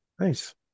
Nice